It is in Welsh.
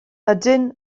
ydyn